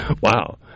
Wow